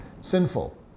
sinful